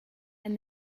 and